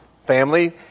family